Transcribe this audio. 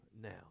now